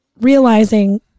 realizing